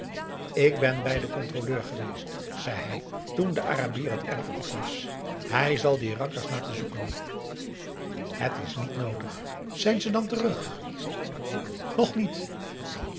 ik ben bij den controleur geweest zei hij toen de arabier het erf af was hij zal die rakkers laten zoeken het is niet noodig zijn ze dan terug nog niet